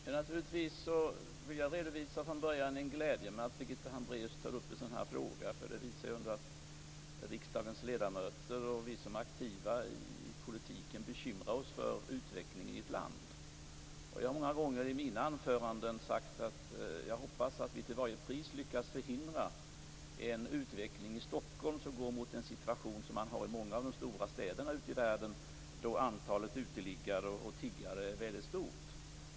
Fru talman! Jag vill börja med att redovisa min glädje över att Birgitta Hambraeus tar upp en sådan här fråga. Det visar att riksdagens ledamöter och vi som är aktiva i politiken bekymrar oss för utvecklingen i landet. Jag har många gånger i mina anföranden sagt att jag hoppas att vi till varje pris lyckas förhindra en utveckling i Stockholm mot den situation man har i många av de stora städerna ute i världen, där antalet uteliggare och tiggare är väldigt stort.